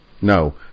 No